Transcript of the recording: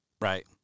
Right